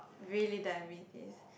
really diabetes